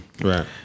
Right